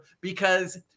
because-